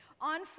On